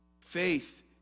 Faith